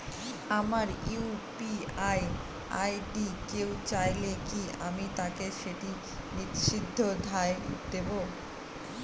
আমার UPI ID কেউ চাইলে কি আমি তাকে সেটি নির্দ্বিধায় দেব?